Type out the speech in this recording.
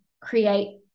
create